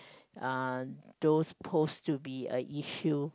uh those posed to be a issue